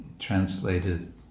Translated